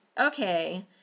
okay